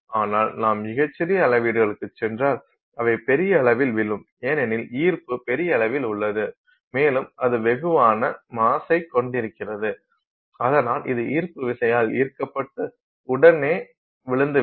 ஆனால் நாம் மிகச் சிறிய அளவீடுகளுக்குச் சென்றால் அவை பெரிய அளவில் விழும் ஏனெனில் ஈர்ப்பு பெரிய அளவில் உள்ளது மேலும் அது வெகுவான மாஸைக் கொண்டிருக்கிறது அதனால் அது ஈர்ப்பு விசையால் ஈர்க்கப்பட்டு உடனே விழுந்துவிடும்